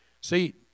See